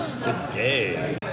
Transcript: Today